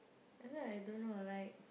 ya lah I don't know like